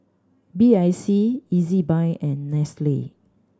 B I C Ezbuy and Nestle